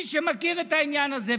מי שמכיר את העניין הזה,